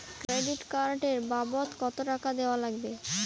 Credit card এর বাবদ কতো টাকা দেওয়া লাগবে?